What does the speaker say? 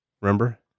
Remember